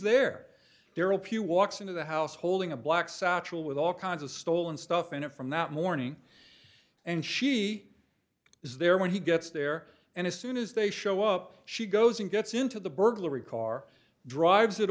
darryl pugh walks into the house holding a black satchel with all kinds of stolen stuff in it from that morning and she is there when he gets there and as soon as they show up she goes and gets into the burglary car drives it